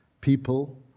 people